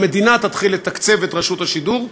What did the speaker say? המדינה תתחיל לתקצב את רשות השידור.